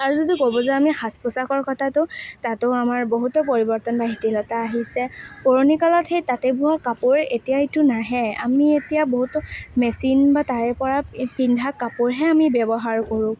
আৰু যদি ক'ব যাওঁ আমি সাজ পোছাকৰ কথাটো তাতো আমাৰ বহুতো পৰিৱৰ্তন বা শিথিলতা আহিছে পুৰণি কালত সেই তাঁতে বোৱা কাপোৰ এতিয়া এইটো নাহে আমি এতিয়া বহুতো মেচিন বা তাৰে পৰা পিন্ধা কাপোৰহে আমি ব্যৱহাৰ কৰোঁ